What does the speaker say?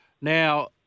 Now